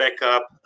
backup